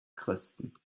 christen